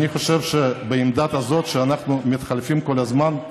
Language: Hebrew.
אני חושב שבעמדה כזאת, שאנחנו מתחלפים כל הזמן,